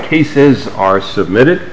cases are submitted